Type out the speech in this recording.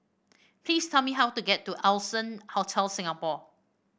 please tell me how to get to Allson Hotel Singapore